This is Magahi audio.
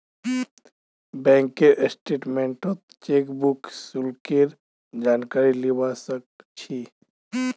बैंकेर स्टेटमेन्टत चेकबुक शुल्केर जानकारी लीबा सक छी